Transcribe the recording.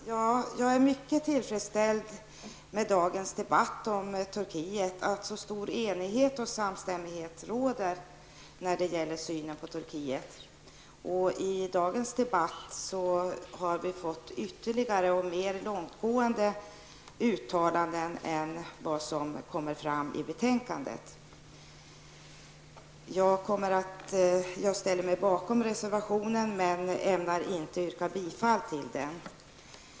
Herr talman! Jag är mycket tillfredsställd med dagens debatt om Turkiet -- att så stor enighet och samstämmighet råder när det gäller synen på Turkiet. I dagens debatt har vi fått ytterligare och mer långtgående uttalanden än vad som framgår av betänkandet. Jag ställer mig bakom reservationen men ämnar inte yrka bifall till den.